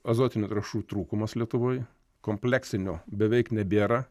azotinių trąšų trūkumas lietuvoj kompleksinio beveik nebėra